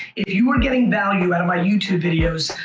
if you are getting value out of my youtube videos,